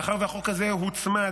מאחר שהחוק הזה הוצמד,